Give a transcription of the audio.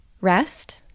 rest